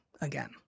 again